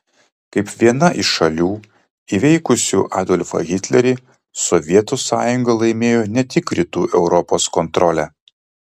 kaip viena iš šalių įveikusių adolfą hitlerį sovietų sąjunga laimėjo ne tik rytų europos kontrolę